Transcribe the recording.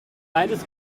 beides